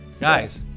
Guys